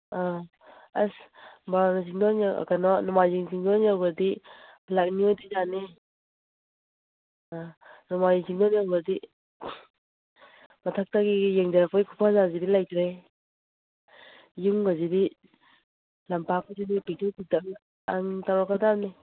ꯑ ꯑꯁ ꯅꯣꯡꯃꯥꯏꯖꯤꯡ ꯆꯤꯡꯗꯣꯟ ꯌꯧꯈ꯭ꯔꯗꯤ ꯂꯥꯛꯅꯤꯡꯉꯣꯏꯗꯣꯏ ꯖꯥꯠꯅꯤ ꯑ ꯅꯣꯡꯃꯥꯏꯖꯤꯡ ꯆꯤꯡꯗꯣꯟ ꯌꯧꯈ꯭ꯔꯗꯤ ꯃꯊꯛꯇꯒꯤ ꯌꯦꯡꯊꯔꯛꯄꯩ ꯈꯨꯐꯖꯁꯤꯗꯤ ꯂꯩꯇ꯭ꯔꯦꯍꯦ ꯌꯨꯝꯒꯁꯤꯗꯤ ꯂꯝꯄꯥꯛꯀꯁꯤꯗꯤ ꯄꯤꯇ꯭ꯔꯨ ꯄꯤꯛꯇꯛ ꯑꯪ ꯇꯧꯔꯛꯛꯗꯕꯅꯤ